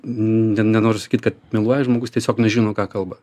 ne nenoriu sakyt kad meluoja žmogus tiesiog nežino ką kalba